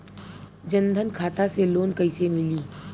जन धन खाता से लोन कैसे मिली?